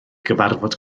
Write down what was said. gyfarfod